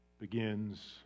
begins